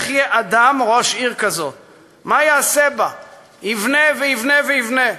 / יבנה ויבנה ויבנה.